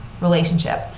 relationship